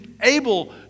able